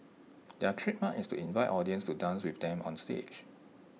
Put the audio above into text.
their trademark is to invite audience to dance with them onstage